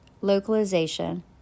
localization